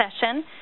session